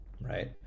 right